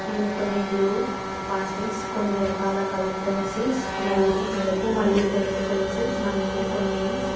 నేను కొన్ని blue pastels కొన్ని రకాల కలర్ పెన్సిల్స్ మరియు నలుపు మరియు తెలుపు పెన్సిల్స్ మరియు కొన్ని ఇంక్స్